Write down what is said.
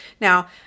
Now